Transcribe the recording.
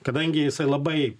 kadangi jisai labai